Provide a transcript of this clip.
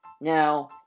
now